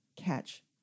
catch